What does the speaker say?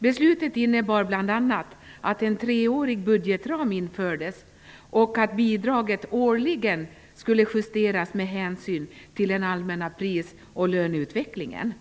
Beslutet innebar bl.a. att en treårig budgetram infördes och att bidraget årligen skulle justeras med hänsyn till den allmänna pris och löneutvecklingen.